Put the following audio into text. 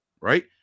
right